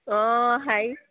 অঁ হা